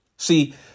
See